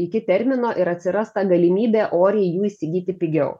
iki termino ir atsiras ta galimybė oriai jų įsigyti pigiau